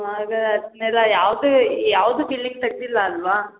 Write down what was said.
ಹಾಗಾ ನೆಲ ಯಾವ್ದು ಯಾವ್ದು ತೆಗ್ದಿಲ್ಲ ಅಲ್ವಾ